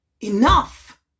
Enough